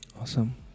Awesome